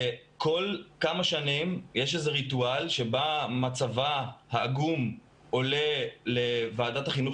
כל כמה שנים יש איזשהו "ריטואל" שבה מצבה העגום עולה לוועדת החינוך